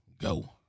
go